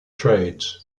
trades